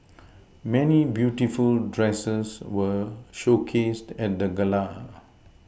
many beautiful dresses were showcased at the gala